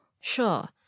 Sure